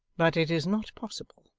but it is not possible.